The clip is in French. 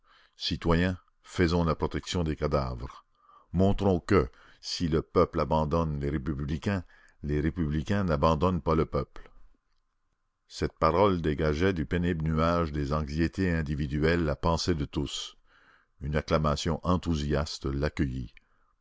citoyens faisons la protection des cadavres montrons que si le peuple abandonne les républicains les républicains n'abandonnent pas le peuple cette parole dégageait du pénible nuage des anxiétés individuelles la pensée de tous une acclamation enthousiaste l'accueillit